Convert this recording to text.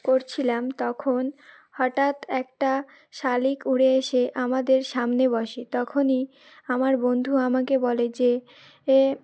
করছিলাম তখন হঠাৎ একটা শালিক উড়ে এসে আমাদের সামনে বসে তখনই আমার বন্ধু আমাকে বলে যে এ